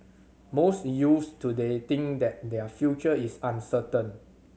most youths today think that their future is uncertain